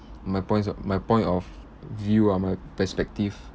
my points uh my point of view ah my perspective